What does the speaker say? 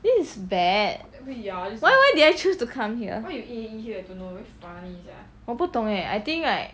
this is bad why why did I choose to come here 我不懂 eh I think like